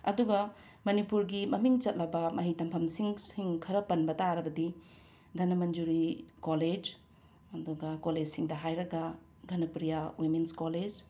ꯑꯗꯨꯒ ꯃꯅꯤꯄꯨꯔꯒꯤ ꯃꯃꯤꯡ ꯆꯠꯂꯕ ꯃꯍꯩ ꯇꯝꯐꯝꯁꯤꯡꯁꯤꯡ ꯈꯔ ꯄꯟꯕ ꯇꯥꯔꯕꯗꯤ ꯙꯅꯃꯟꯖꯨꯔꯤ ꯀꯣꯂꯦꯖ ꯑꯗꯨꯒ ꯀꯣꯂꯦꯁꯁꯤꯡꯗ ꯍꯥꯏꯔꯒ ꯘꯅꯄ꯭ꯔꯤꯌꯥ ꯋꯤꯃꯤꯟꯁ ꯀꯣꯂꯦꯁ